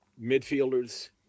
midfielders